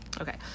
Okay